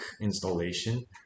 installation